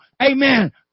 amen